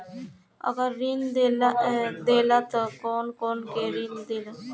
अगर ऋण देला त कौन कौन से ऋण देला?